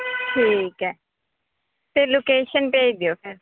ਠੀਕ ਹੈ ਅਤੇ ਲੋਕੇਸ਼ਨ ਭੇਜ ਦਿਓ ਫੇਰ